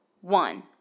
One